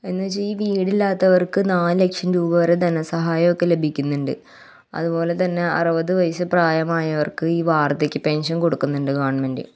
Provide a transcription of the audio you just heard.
എന്ന് വച്ചാൽ ഈ വീടില്ലാത്തവർക്ക് നാല് ലക്ഷം രൂപ വരെ ധനസഹായമൊക്കെ ലഭിക്കുന്നുണ്ട് അതുപോലെ തന്നെ അറുപത് വയസ്സ് പ്രായമായവർക്ക് ഈ വാർദ്ധക്യ പെൻഷൻ കൊടുക്കുന്നുണ്ട് ഗവണ്മെന്റ്